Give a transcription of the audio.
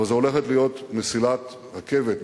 אבל זו הולכת להיות מסילת רכבת,